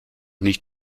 nicht